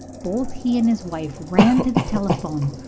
both he and his wife ran to the telephone.